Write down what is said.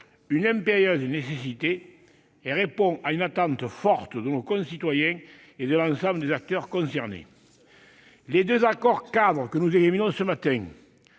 une impérieuse nécessité. Elle répond à une attente forte de nos concitoyens et de l'ensemble des acteurs concernés. Les deux accords-cadres que nous examinons ce matin-